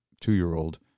two-year-old